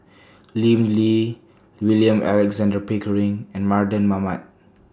Lim Lee William Alexander Pickering and Mardan Mamat